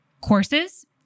courses